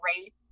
great